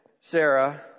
Sarah